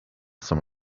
some